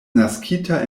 naskita